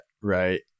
right